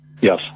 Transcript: Yes